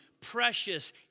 precious